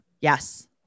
Yes